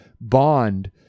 bond